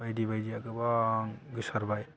बायदि बायदिया गोबां गोसारबाय